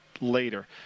later